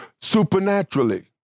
supernaturally